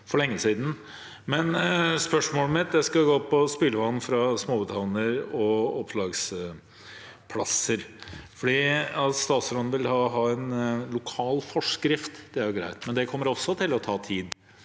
for lenge siden. Men spørsmålet mitt går på spylevann fra småbåthavner og opplagsplasser. Statsråden vil ha en lokal forskrift, og det er jo greit, men det kommer også til å ta tid.